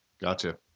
gotcha